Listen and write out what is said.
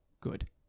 good